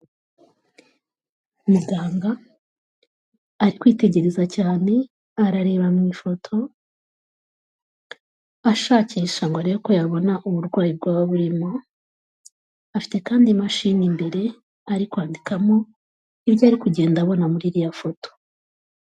Muganga ari kwitegereza cyane, arareba mu ifoto, ashakisha ngo arebe ko yabona uburwayi bwaba burimo, afite kandi imashini imbere ari kwandikamo, ibyo ari kugenda abona muri iriya foto.